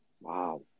Wow